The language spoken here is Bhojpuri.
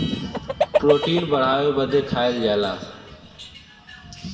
प्रोटीन बढ़ावे बदे खाएल जाला